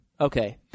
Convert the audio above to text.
Okay